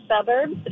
suburbs